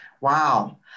Wow